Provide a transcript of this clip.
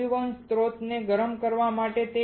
બાષ્પીભવન સ્ત્રોતને ગરમ કરવા માટે